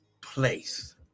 place